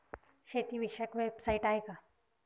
शेतीविषयक वेबसाइट आहे का?